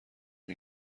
این